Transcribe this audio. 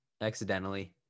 Accidentally